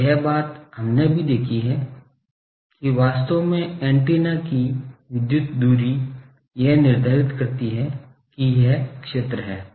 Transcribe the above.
और यह बात हमने भी देखी है कि वास्तव में एंटीना की विद्युत दूरी यह निर्धारित करती है कि यह क्षेत्र है